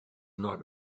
not